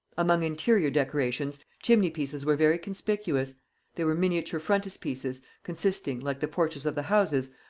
among interior decorations, chimney-pieces were very conspicuous they were miniature frontispieces, consisting, like the porches of the houses,